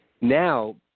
Now